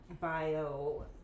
bio